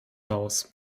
haus